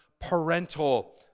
parental